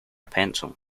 pencil